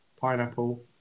Pineapple